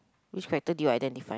which character do you identify